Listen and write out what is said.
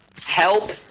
Help